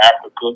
Africa